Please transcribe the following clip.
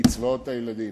בקצבאות הילדים.